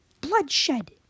bloodshed